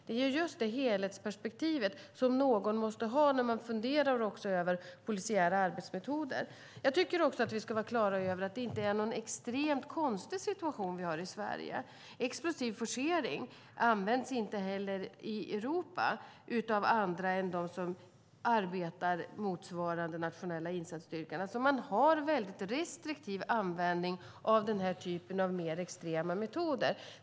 Det ger just det helhetsperspektiv som någon måste ha när man funderar över polisiära arbetsmetoder. Jag tycker att vi ska vara på det klara med att det inte är någon extremt konstig situation vi har i Sverige. Explosiv forcering används inte heller i resten av Europa av andra än dem som arbetar motsvarande den internationella insatsstyrkan. Man har restriktiv användning av denna typ av mer extrema metoder.